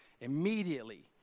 Immediately